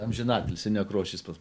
amžinatilsį nekrošius pas